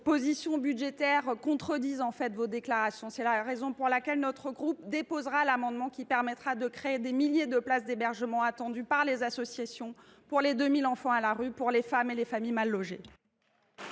positions budgétaires contredisent vos déclarations de principe. C’est pourquoi notre groupe déposera un amendement qui visera à créer les milliers de places d’hébergement, attendues par les associations, pour les deux mille enfants à la rue, pour les femmes et pour les familles mal logées.